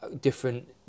different